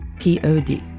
P-O-D